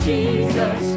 Jesus